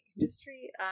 industry